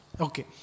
Okay